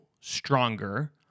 stronger